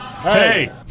Hey